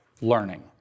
learning